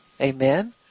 Amen